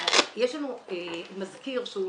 יש לנו מזכיר שהוא עונה.